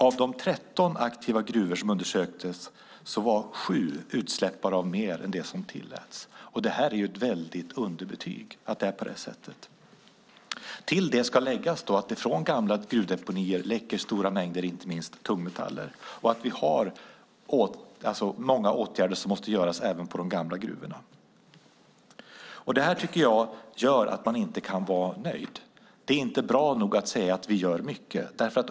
Av de 13 aktiva gruvor som undersöktes var sju utsläppare av mer än det som tilläts. Det är ett underbetyg. Till detta ska läggas att det från gamla gruvdeponier läcker stora mängder inte minst tungmetaller. Många åtgärder måste vidtas även för de gamla gruvorna. Det här visar att vi inte kan vara nöjda. Det är inte bra nog att säga att det görs mycket.